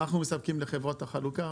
אנחנו מספקים לחברות החלוקה.